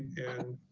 and